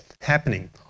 happening